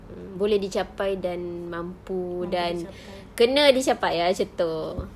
mm boleh dicapai dan mampu dan kena dicapai ah macam itu